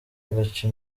agaca